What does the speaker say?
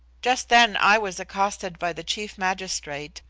just then i was accosted by the chief magistrate,